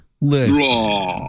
listen